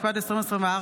התשפ"ד 2024,